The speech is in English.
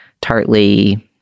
tartly